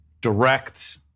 Direct